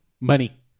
Money